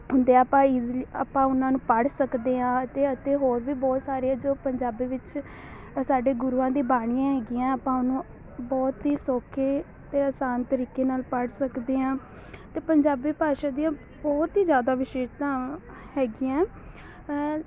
ਹੁੰਦੇ ਆਪਾਂ ਈਜ਼ੀਲੀ ਆਪਾਂ ਉਹਨਾਂ ਨੂੰ ਪੜ੍ਹ ਸਕਦੇ ਹਾਂ ਅਤੇ ਅਤੇ ਹੋਰ ਵੀ ਬਹੁਤ ਸਾਰੇ ਜੋ ਪੰਜਾਬੀ ਵਿੱਚ ਸਾਡੇ ਗੁਰੂਆਂ ਦੀ ਬਾਣੀ ਹੈਗੀਆਂ ਆਪਾਂ ਉਹਨੂੰ ਬਹੁਤ ਹੀ ਸੌਖੇ ਅਤੇ ਆਸਾਨ ਤਰੀਕੇ ਨਾਲ ਪੜ੍ਹ ਸਕਦੇ ਹਾਂ ਅਤੇ ਪੰਜਾਬੀ ਭਾਸ਼ਾ ਦੀਆਂ ਬਹੁਤ ਹੀ ਜ਼ਿਆਦਾ ਵਿਸ਼ੇਸ਼ਤਾਵਾਂ ਹੈਗੀਆਂ